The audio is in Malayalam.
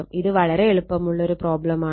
ഇത് വളരെ എളുപ്പമുള്ള പ്രോബ്ലം ആണ്